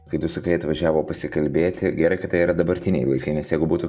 kaip tu sakai atvažiavo pasikalbėti gerai kad tai yra dabartiniai laikai nes jeigu būtų